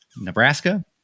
Nebraska